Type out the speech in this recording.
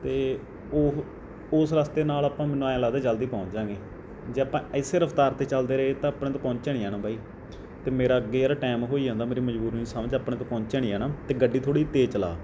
ਅਤੇ ਉਹ ਉਸ ਰਸਤੇ ਨਾਲ ਆਪਾਂ ਨੂੰ ਮੈਨੂੰ ਆਏਂ ਲਗਦਾ ਜਲਦੀ ਪਹੁੰਚ ਜਾਵਾਂਗੇ ਜੇ ਆਪਾਂ ਇਸੇ ਰਫਤਾਰ 'ਤੇ ਚੱਲਦੇ ਰਹੇ ਤਾਂ ਆਪਣੇ ਤੋਂ ਪਹੁੰਚਿਆ ਨਹੀਂ ਜਾਣਾ ਬਾਈ ਅਤੇ ਮੇਰਾ ਅੱਗੇ ਯਾਰ ਟਾਈਮ ਹੋਈ ਜਾਂਦਾ ਮੇਰੀ ਮਜਬੂਰੀ ਨੂੰ ਸਮਝ ਆਪਣੇ ਤੋਂ ਪਹੁੰਚਿਆ ਨਹੀਂ ਜਾਣਾ ਅਤੇ ਗੱਡੀ ਥੋੜ੍ਹੀ ਜਿਹੀ ਤੇਜ਼ ਚਲਾ